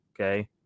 okay